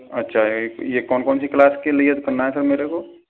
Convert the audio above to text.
अच्छा एक यह कौन कौन सी क्लास के लिए करना है सर मेरे को